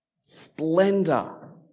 Splendor